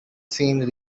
seen